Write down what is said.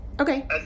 Okay